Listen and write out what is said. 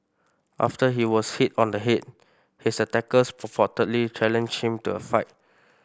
after he was hit on the head his attackers purportedly challenged him to a fight